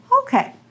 Okay